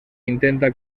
intenta